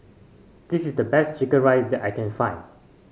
this is the best chicken rice that I can find